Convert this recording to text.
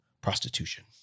prostitution